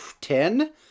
ten